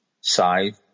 side